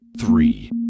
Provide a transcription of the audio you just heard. three